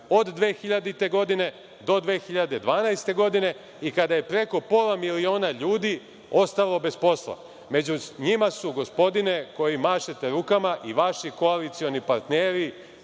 od 2000. do 2012. godine i kada je preko pola miliona ljudi ostalo bez posla. Među njima su, gospodine koji mašete rukama i vaši koalicioni partneri,